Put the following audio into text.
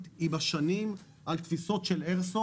עם השנים של תפיסות של כלי איירסופט.